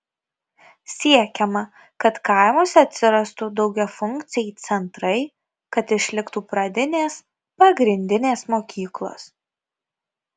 siekiama kad kaimuose atsirastų daugiafunkciai centrai kad išliktų pradinės pagrindinės mokyklos